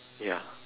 ya